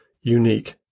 unique